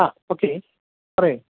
ആ ഓക്കെ പറയൂ